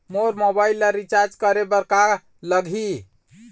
मोर mobile ला recharge करे बर का लगही?